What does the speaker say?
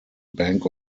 bank